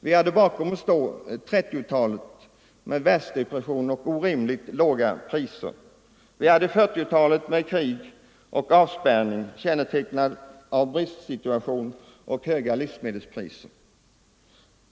Vi hade bakom oss 1930-talet med världsdepression och orimligt låga priser och 1940-talet med krig och avspärrning, kännetecknat av bristsituation och höga livsmedelspriser.